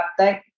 update